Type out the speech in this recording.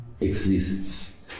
exists